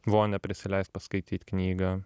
vonią prisileist paskaityt knygą